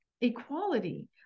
equality